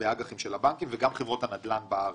באג"חים של הבנקים, וגם חברות הנדל"ן בארץ.